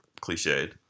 cliched